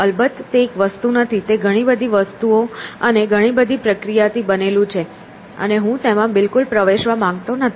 અલબત્ત તે એક વસ્તુ નથી તે ઘણી બધી વસ્તુઓ અને ઘણી બધી પ્રક્રિયા થી બનેલું છે અને હું તેમાં બિલકુલ પ્રવેશવા માંગતો નથી